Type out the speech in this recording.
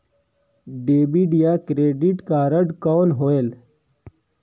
Debit या credit card कौन होएल?